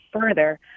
further